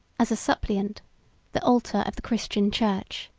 as a suppliant the altar of the christian church.